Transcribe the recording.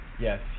yes